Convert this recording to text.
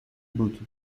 بود